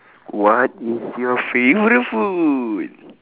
what is your favourite food